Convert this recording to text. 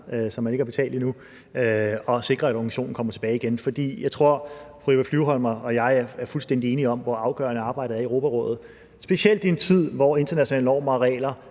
som ikke er betalt endnu, og sikre, at organisationen kommer tilbage igen. Jeg tror, at fru Eva Flyvholm og jeg er fuldstændig enige om, hvor afgørende arbejdet er Europarådet, specielt i en tid, hvor internationale normer og regler